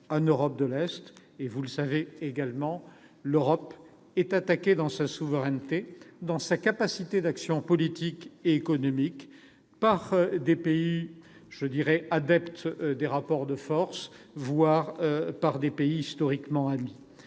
en Europe de l'Est. Enfin- vous le savez également -, l'Europe est attaquée dans sa souveraineté, dans sa capacité d'action politique et économique, par des pays adeptes des rapports de force, voir par des États historiquement amis.